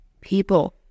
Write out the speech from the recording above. people